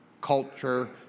culture